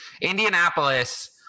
Indianapolis